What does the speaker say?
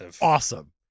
awesome